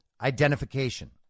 identification